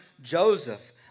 Joseph